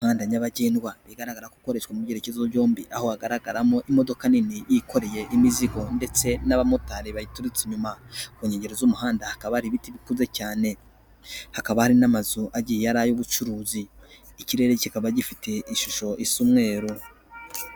Umuhanda nyabagendwa ugaragara ko ukoreshwa mu byerekezo byombi aho hagaragaramo imodoka nini yikoreye imizigo ndetse n'abamotari bayiturutse inyuma, ku nkengero z'umuhanda hakaba hari ibiti bikuze cyane, hakaba hari n'amazu agiye ari ay'ubucuruzi, ikirere kikaba gifite ishusho isumwero.